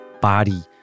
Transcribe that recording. body